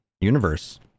Universe